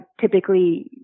typically